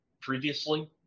previously